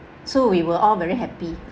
so we were all very happy